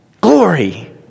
glory